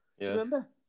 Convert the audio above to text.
remember